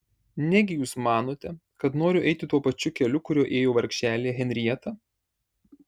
negi jūs manote kad noriu eiti tuo pačiu keliu kuriuo ėjo vargšelė henrieta